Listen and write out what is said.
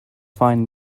find